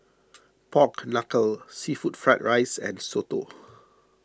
Pork Knuckle Seafood Fried Rice and Soto